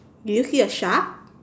do you see a shark